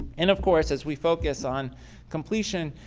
and, of course, as we focus on completion,